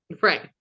Right